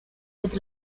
with